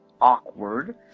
Awkward